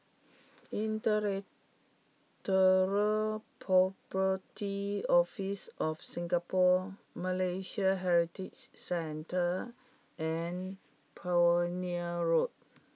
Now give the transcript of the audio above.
Intellectual Property Office of Singapore Malay Heritage Centre and Pioneer Road